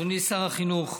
אדוני שר החינוך,